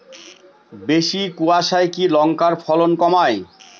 বেশি কোয়াশায় কি লঙ্কার ফলন কমায়?